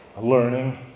learning